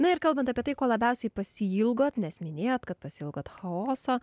na ir kalbant apie tai ko labiausiai pasiilgot nes minėjot kad pasiilgot chaoso